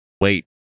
wait